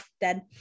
dead